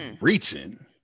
reaching